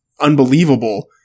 unbelievable